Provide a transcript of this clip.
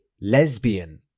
lesbian